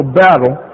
battle